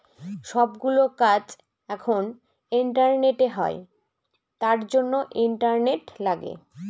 সব গুলো কাজ এখন ইন্টারনেটে হয় তার জন্য ইন্টারনেট লাগে